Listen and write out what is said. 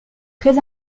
très